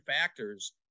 factors